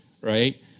right